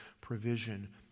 provision